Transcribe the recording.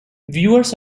viewers